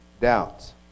Doubts